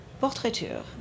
portraiture